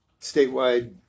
statewide